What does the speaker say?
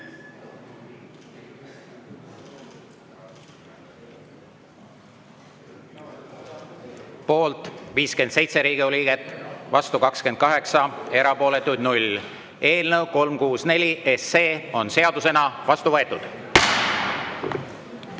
Poolt 57 Riigikogu liiget, vastu 28, erapooletuid 0. Eelnõu 364 on seadusena vastu võetud.